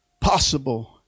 possible